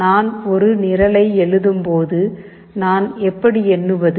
நான் ஒரு நிரலை எழுதும்போது நான் எப்படி எண்ணுவது